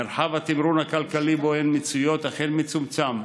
מרחב התמרון הכלכלי שבו הן מצויות אכן מצומצם,